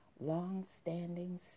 long-standing